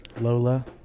Lola